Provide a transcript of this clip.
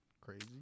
Crazy